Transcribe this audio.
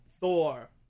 Thor